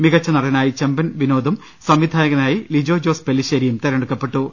മികച്ചു നടനായി ചെമ്പൻ വിനോദും സംവിധായകനായി ലിജോജോസ് പെല്ലിശേ രിയും തിരഞ്ഞെടുക്കപ്പെട്ടു